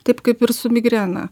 taip kaip ir su migrena